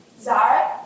Zara